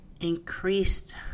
increased